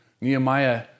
Nehemiah